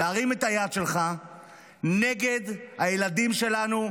להרים את היד שלך נגד הילדים שלנו,